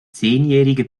zehnjährige